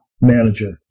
manager